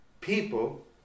people